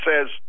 says